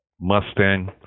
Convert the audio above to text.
Mustang